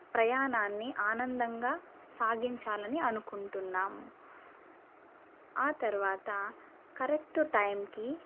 ప్రయాణాన్ని ఆనందంగా సాగించాలని అనుకుంటున్నాం ఆ తర్వాత కరెక్టు టైంకి